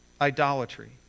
idolatry